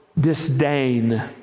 disdain